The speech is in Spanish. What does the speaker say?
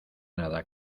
nada